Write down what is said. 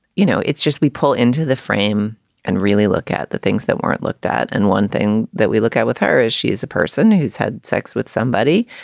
you know, it's just we pull into the frame and really look at the things that weren't looked at. and one thing that we look at with her is she is a person who's had sex with somebody.